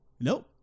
nope